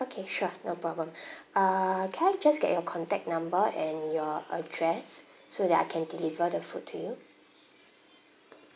okay sure no problem uh can I just get your contact number and your address so that I can deliver the food to you